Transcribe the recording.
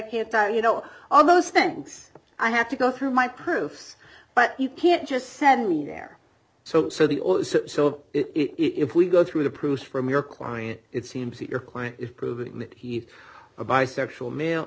can't tell you know all those things i have to go through my proofs but you can't just send me there so so the so if we go through the proof from your client it seems that your client is proving that he a bisexual male